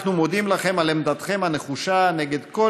אנחנו מודים לכם על עמדתכם הנחושה נגד כל